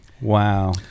Wow